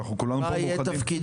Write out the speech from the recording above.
ואנחנו כולנו פה מאוחדים.